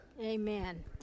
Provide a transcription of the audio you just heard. Amen